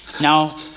Now